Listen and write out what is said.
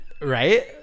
right